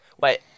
Wait